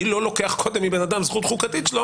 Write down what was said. אני לא לוקח קודם מאדם זכות חוקתית שלו